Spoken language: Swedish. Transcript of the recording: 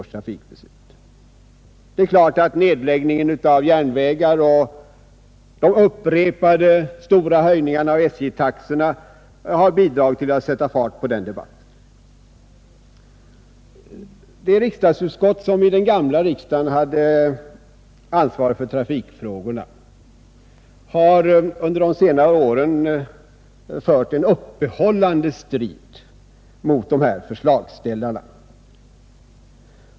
Självfallet har nedläggningen av järnvägar och de upprepade stora höjningarna av SJ-taxorna bidragit till att sätta fart på denna debatt. Det utskott som i den gamla riksdagen hade ansvaret för trafikfrågorna har under senare år fört en uppehållande strid mot dessa förslagställare.